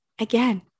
Again